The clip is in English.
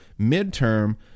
midterm